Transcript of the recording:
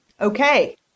Okay